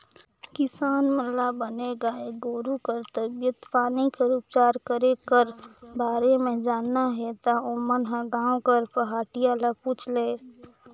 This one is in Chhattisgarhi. किसान मन ल बने गाय गोरु कर तबीयत पानी कर उपचार करे कर बारे म जानना हे ता ओमन ह गांव कर पहाटिया ल पूछ लय